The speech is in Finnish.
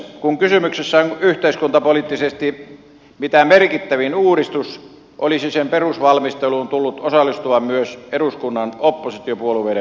kun kysymyksessä on yhteiskuntapoliittisesti mitä merkittävin uudistus olisi sen perusvalmisteluun tullut osallistua myös eduskunnan oppositiopuolueiden edustajat